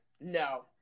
No